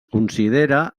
considera